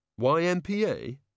YMPA